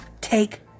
take